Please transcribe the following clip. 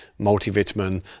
multivitamin